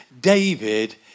David